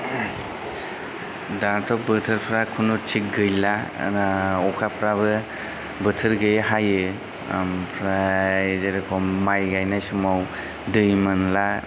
दाथ' बोथोरफ्रा खुनु थिख गैला आरो अखाफ्राबो बोथोर गैयै हायो ओमफ्राय जेरख'म माइ गायनाय समाव दै मोनला